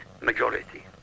majority